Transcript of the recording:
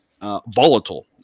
Volatile